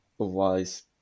otherwise